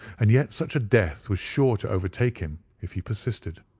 and yet such a death was sure to overtake him if he persisted.